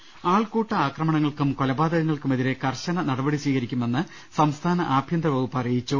് ആൾക്കൂട്ട ആക്രമണങ്ങൾക്കും കൊലപാതക ങ്ങൾക്കുമെതിരെ കർശന നടപടി സ്വീകരിക്കുമെന്ന് സംസ്ഥാന ആഭ്യന്തര വകുപ്പ് അറിയിച്ചു